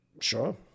Sure